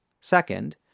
Second